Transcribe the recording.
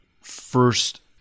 first